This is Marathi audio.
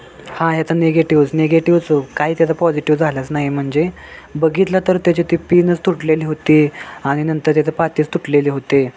हा याचा निगेटिव्स निगेटिव्स काही त्याचं पॉझिटिव्ह झालंच नाही म्हणजे बघितलं तर त्याची ते पीनच तुटलेली होती आणि नंतर त्याचे पातेच तुटलेले होते